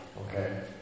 okay